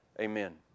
Amen